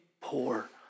poor